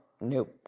nope